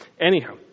Anyhow